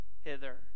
hither